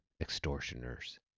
extortioners